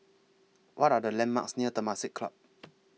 What Are The landmarks near Temasek Club